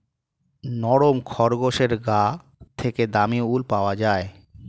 নরম খরগোশের গা থেকে দামী উল পাওয়া যায়